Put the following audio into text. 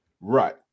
Right